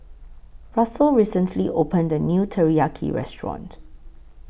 Russell recently opened The New Teriyaki Restaurant